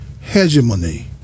hegemony